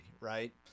right